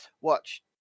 watch